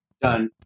done